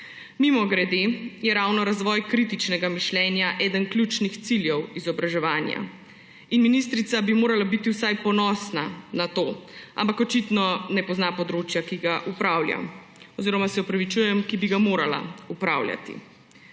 Mimogrede, ravno razvoj kritičnega mišljenja je eden ključnih ciljev izobraževanja in ministrica bi morala biti vsaj ponosna na to, ampak očitno ne pozna področja, ki ga upravlja, oziroma se opravičujem, ki bi ga morala upravljati.